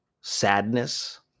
sadness